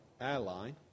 airline